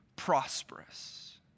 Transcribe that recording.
Prosperous